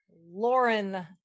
lauren